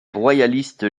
royalistes